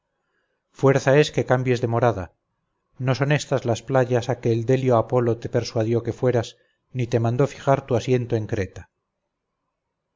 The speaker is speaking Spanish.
fuerza es que cambies de morada no son estas las playas a que el delio apolo te persuadió que fueras ni te mandó fijar tu asiento en creta